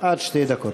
עד שתי דקות,